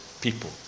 people